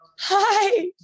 Hi